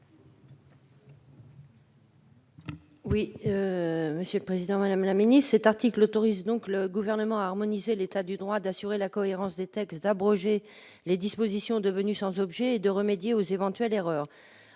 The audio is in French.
présenter l'amendement n° 85 rectifié . Cet article autorise le Gouvernement à harmoniser l'état du droit, à assurer la cohérence des textes, à abroger les dispositions devenues sans objet et à remédier aux éventuelles erreurs.